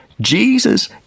Jesus